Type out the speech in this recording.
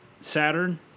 Saturn